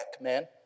man